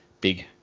big